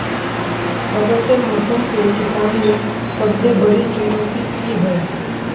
बदलते मौसम से किसानेर सबसे बड़ी चुनौती की होय?